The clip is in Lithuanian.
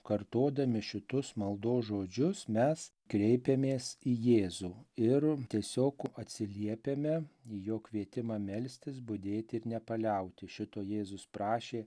kartodami šitus maldos žodžius mes kreipiamės į jėzų ir tiesiog atsiliepiame į jo kvietimą melstis budėti ir nepaliauti šito jėzus prašė